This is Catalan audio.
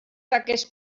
aquests